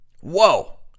Whoa